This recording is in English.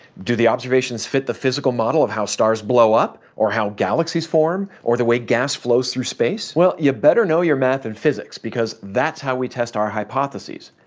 do the observations fit the physical model of how stars blow up, or how galaxies form, or the way gas flows through space? well, you better know your math and physics, because that's how we test our hypotheses.